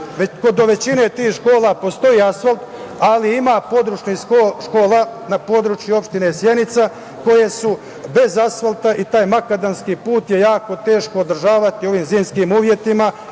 Do većine tih škola postoji asfalt, ali ima podrška iz škola na području opštine Sjenica, koje su bez asfalta i taj makadamski put je jako teško održavati u ovim zimskim uslovima. Ovo